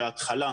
שההתחלה,